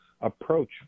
approach